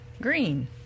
Green